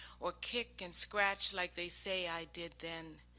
or kick and scratch like they say i did then.